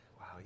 Wow